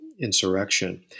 insurrection